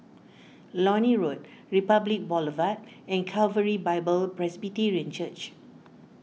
Lornie Road Republic Boulevard and Calvary Bible Presbyterian Church